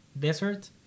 desert